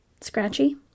Scratchy